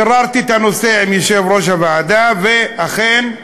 ביררתי את הנושא עם יושב-ראש הוועדה, ואכן,